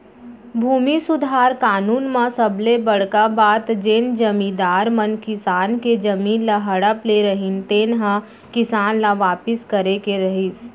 भूमि सुधार कानून म सबले बड़का बात जेन जमींदार मन किसान के जमीन ल हड़प ले रहिन तेन ह किसान ल वापिस करे के रहिस